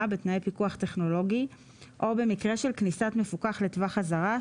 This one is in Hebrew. בתנאי פיקוח טכנולוגי או במקרה של כניסת מפוקח לטווח אזהרה,